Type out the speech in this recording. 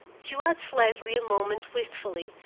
she watched leslie a moment wistfully,